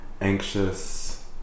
anxious